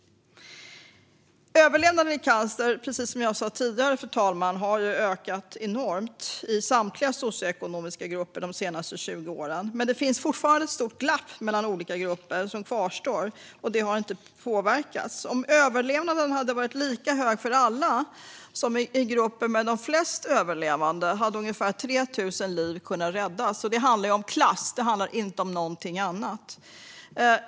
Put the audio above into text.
Överlevnaden när det gäller cancer har, precis som jag sa tidigare, ökat enormt i samtliga socioekonomiska grupper de senaste 20 åren, men det finns fortfarande ett stort glapp mellan olika grupper - det har inte påverkats. Om överlevnaden hade varit lika hög i alla grupper som i grupperna med flest överlevande hade ungefär 3 000 liv kunnat räddas. Detta handlar om klass; det handlar inte om någonting annat.